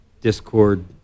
discord